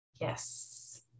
yes